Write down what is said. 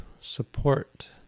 support